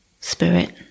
Spirit